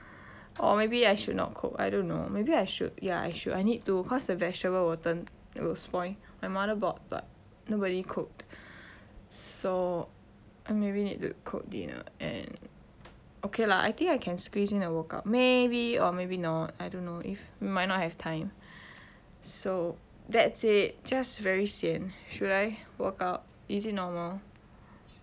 or maybe I should not cook I don't know maybe I should ya I should I need to cause the vegetable will turn will spoil my mother bought but nobody cooked so I maybe need to cook dinner and okay lah I think I can squeeze in a workout maybe or maybe not I don't know if might not have time so that's it just very sian should I workout is it normal